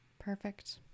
perfect